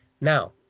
Now